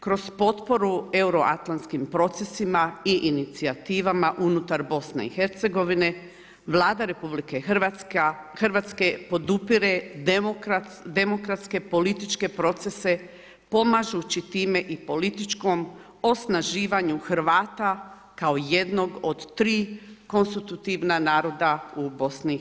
Kroz potporu euroatlantskim procesima i inicijativama unutar BiH Vlada RH podupire demokratske političke procese pomažući time i političkom osnaživanju Hrvata kao jednog od tri konstitutivna naroda u BiH.